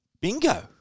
Bingo